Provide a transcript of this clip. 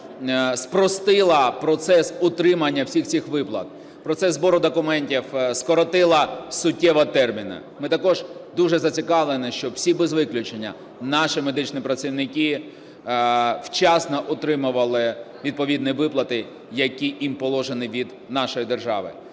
спростила процес отримання всіх цих виплат, процес збору документів, скоротила суттєво терміни. Ми також дуже зацікавлені, щоб всі без виключення наші медичні працівники вчасно отримували відповідні виплати, які їм положені від нашої держави.